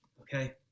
okay